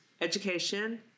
education